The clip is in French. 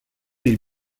les